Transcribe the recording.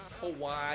Hawaii